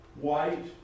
white